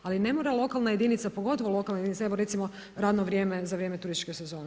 Ali ne mora lokalna jedinica, pogotovo lokalna jedinica, evo recimo radno vrijeme za vrijeme turističke sezone.